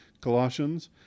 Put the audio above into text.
Colossians